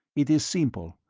it is simple.